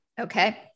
Okay